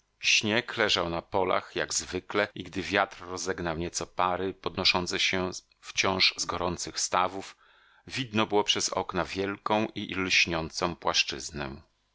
śnieg leżał na polach jak zwykle i gdy wiatr rozegnał nieco pary podnoszące się wciąż z gorących stawów widno było przez okna wielką i lśniącą płaszczyznę